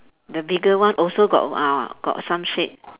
the bigger one also got ah got some shade